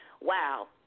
Wow